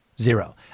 Zero